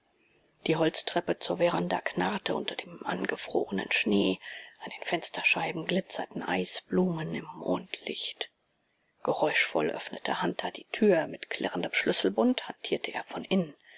die holztreppe zur veranda knarrte unter dem angefrorenen schnee an den fensterscheiben glitzerten eisblumen im mondlicht geräuschvoll öffnete hunter die tür mit klirrendem schlüsselbund hantierte er von innen